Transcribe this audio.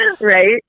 Right